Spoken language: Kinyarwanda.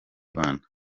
rwanda